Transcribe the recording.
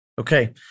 Okay